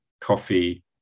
coffee